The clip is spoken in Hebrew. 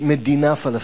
מדינה פלסטינית,